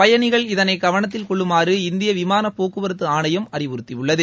பயணிகள் இதனை கவனத்தில் கொள்ளுமாறு இந்திய விமான போக்குவரத்து ஆணையம் அறிவுறுத்தியுள்ளது